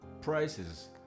prices